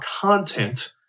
content